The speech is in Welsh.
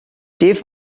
dydd